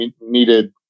needed